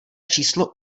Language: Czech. číslo